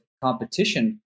competition